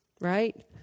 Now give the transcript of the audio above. right